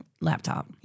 laptop